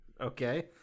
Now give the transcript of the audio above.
Okay